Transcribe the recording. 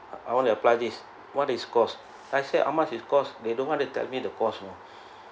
I want to apply this what is cost I said how much is cost they don't want to tell me the cost you know